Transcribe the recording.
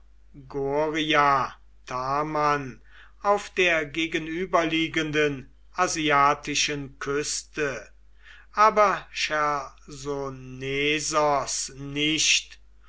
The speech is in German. taman auf der gegenüberliegenden asiatischen küste aber chersonesos nicht